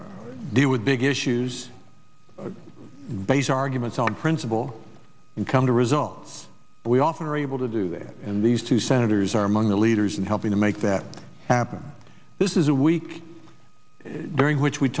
deal with big issues based arguments on principle and come to results we often are able to do that in these two senators are among the leaders in helping them make that happen this is a week during which we